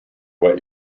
what